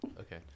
Okay